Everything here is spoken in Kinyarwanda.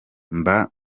mba